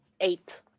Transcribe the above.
Eight